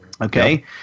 Okay